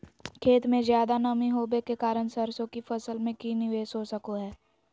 खेत में ज्यादा नमी होबे के कारण सरसों की फसल में की निवेस हो सको हय?